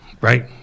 Right